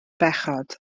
bechod